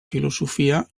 filosofia